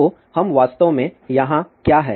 तो हम वास्तव में यहाँ क्या है